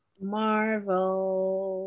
marvel